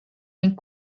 ning